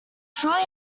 surely